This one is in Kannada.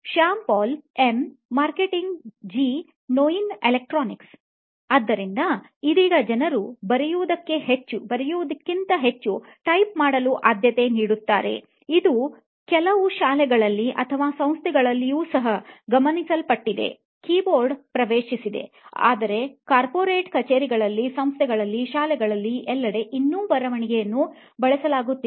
ಶ್ಯಾಮ್ ಪಾಲ್ ಎಂ ಮಾರ್ಕೆಟಿನ್ ಜಿ ನೋಯಿನ್ ಎಲೆಕ್ಟ್ರಾನಿಕ್ಸ್ ಆದ್ದರಿಂದ ಇದೀಗ ಜನರು ಬರೆಯುವುದಕ್ಕಿಂತ ಹೆಚ್ಚು ಟೈಪ್ ಮಾಡಲು ಆದ್ಯತೆ ನೀಡುತ್ತಿದ್ದಾರೆ ಇದು ಕೆಲವು ಶಾಲೆಗಳಲ್ಲಿ ಅಥವಾ ಸಂಸ್ಥೆಗಳಲ್ಲಿಯೂ ಸಹ ಗಮನಿಸಲ್ಪಟ್ಟಿದೆ ಕೀಬೋರ್ಡ್ ಪ್ರವೇಶಿಸಿವೆ ಆದರೆ ಕಾರ್ಪೊರೇಟ್ ಕಚೇರಿಗಳಲ್ಲಿ ಸಂಸ್ಥೆಗಳಲ್ಲಿ ಶಾಲೆಗಳಲ್ಲಿ ಎಲ್ಲೆಡೆ ಇನ್ನು ಬರವಣಿಗೆಯನ್ನು ಬಳಸಲಾಗುತ್ತಿದೆ